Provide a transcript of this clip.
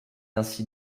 ainsi